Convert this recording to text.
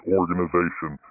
organization